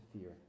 fear